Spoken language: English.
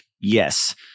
Yes